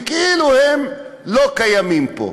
וכאילו הם לא קיימים פה.